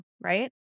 right